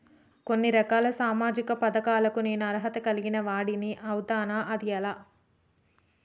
కొన్ని రకాల సామాజిక పథకాలకు నేను అర్హత కలిగిన వాడిని అవుతానా? అది ఎలా?